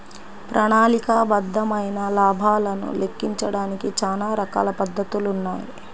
ప్రణాళికాబద్ధమైన లాభాలను లెక్కించడానికి చానా రకాల పద్ధతులున్నాయి